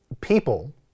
people